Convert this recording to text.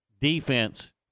defense